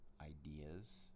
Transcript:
ideas